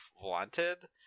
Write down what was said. wanted